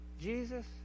Jesus